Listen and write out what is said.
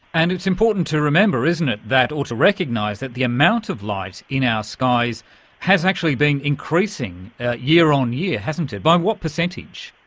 and it's important to remember, isn't it, or to recognise that the amount of light in our skies has actually been increasing year on year, hasn't it. by what percentage?